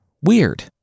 Weird